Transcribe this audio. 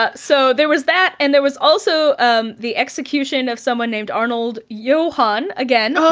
ah so there was that, and there was also um the execution of someone named arnold johann again.